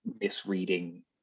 misreading